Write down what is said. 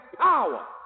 power